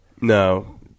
No